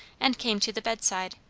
and came to the bedside.